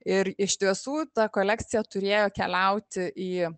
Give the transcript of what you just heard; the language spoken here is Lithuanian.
ir iš tiesų ta kolekcija turėjo keliauti į